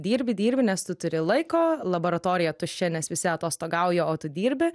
dirbi dirbi nes tu turi laiko laboratorija tuščia nes visi atostogauja o tu dirbi